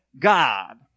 God